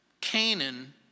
Canaan